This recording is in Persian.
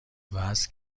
وزن